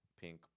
pink